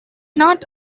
not